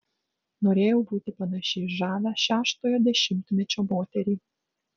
norėjau būti panaši į žavią šeštojo dešimtmečio moterį